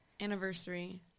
Anniversary